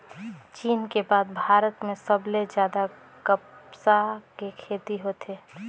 चीन के बाद भारत में सबले जादा कपसा के खेती होथे